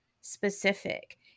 specific